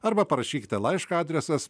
arba parašykite laišką adresas